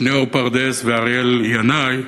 שניאור פרדס ואריאל ינאי.